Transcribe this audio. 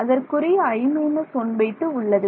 அதற்குரிய i 12 உள்ளது